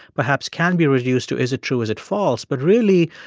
perhaps can be reduced to is it true, is it false? but, really,